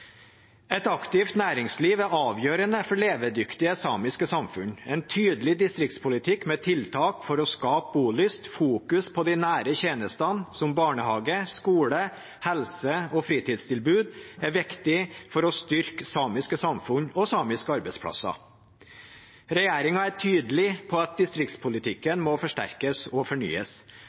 Et aktivt næringsliv er avgjørende for levedyktige samiske samfunn. En tydelig distriktspolitikk med tiltak for å skape bolyst, fokus på de nære tjenestene, som barnehage, skole, helse og fritidstilbud, er viktig for å styrke samiske samfunn og samiske arbeidsplasser. Regjeringen er tydelig på at distriktspolitikken må forsterkes og fornyes,